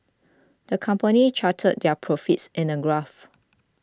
the company charted their profits in a graph